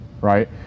right